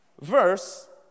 verse